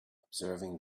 observing